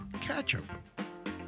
ketchup